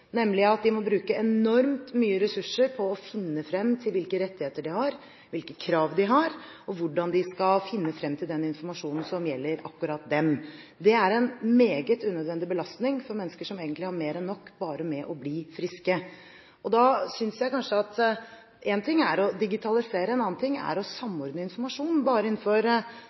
nemlig at de må bruke enormt mye ressurser på å finne frem til hvilke rettigheter de har, hvilke krav de har, og hvordan de skal finne frem til den informasjonen som gjelder akkurat dem. Det er en meget unødvendig belastning for mennesker som egentlig har mer enn nok bare med å bli friske. Da synes jeg kanskje at én ting er å digitalisere, en annen ting er å samordne informasjon. Bare innenfor